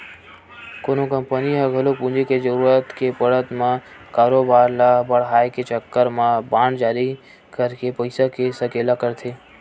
कोनो कंपनी ह घलो पूंजी के जरुरत के पड़त म कारोबार ल बड़हाय के चक्कर म बांड जारी करके पइसा के सकेला करथे